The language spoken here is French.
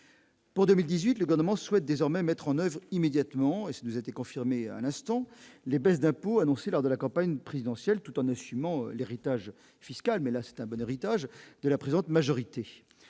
Pour 2018 le garnement souhaite désormais mettre en oeuvre immédiatement et ça nous a été confirmée à l'instant, les baisses d'impôts annoncées lors de la campagne présidentielle, tout en assumant l'héritage fiscal mais là, c'est un bon héritage de la présente majorité